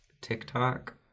TikTok